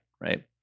right